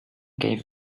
gave